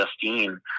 Justine